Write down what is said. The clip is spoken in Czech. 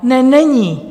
Ne, není!